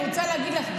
אני רוצה להגיד לך,